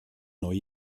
neue